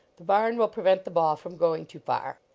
the barn will prevent the ball from going too far.